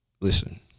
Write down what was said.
Listen